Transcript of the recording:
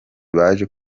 baje